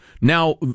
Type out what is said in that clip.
Now